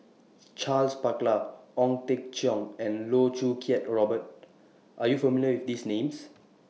Charles Paglar Ong Teng Cheong and Loh Choo Kiat Robert Are YOU familiar with These Names